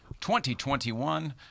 2021